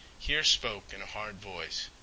here spoke in a hard voice.